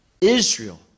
Israel